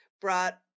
brought